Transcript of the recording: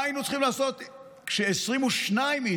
מה היינו צריכים לעשות כש-22 איש,